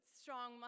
strong